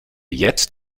jetzt